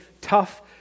tough